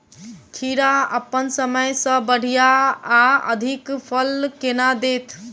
खीरा अप्पन समय सँ बढ़िया आ अधिक फल केना देत?